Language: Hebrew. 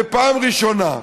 זו פעם ראשונה,